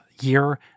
year